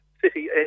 city